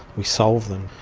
we solve them.